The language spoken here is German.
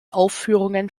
aufführungen